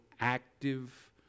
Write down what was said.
active